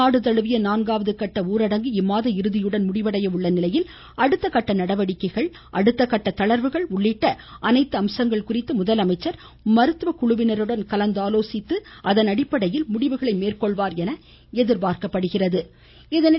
நாடு தழுவிய நான்காவது கட்ட ஊரடங்கு இம்மாத இறுதியுடன் முடிவடைய உள்ள நிலையில் அடுத்த கட்ட நடவடிக்கைகள் அடுத்த கட்ட தளர்வுகள் உள்ளிட்ட அனைத்து அம்சங்கள் குறித்து முதலமைச்சர் மருத்துவ குழுவினருடன் கலந்தாலோசித்து அதனடிப்படையில் மேற்கொள்வார் முடிவுகளை என எதிர்பார்க்கப்படுகிறது